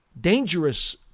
dangerous